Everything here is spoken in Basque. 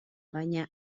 baina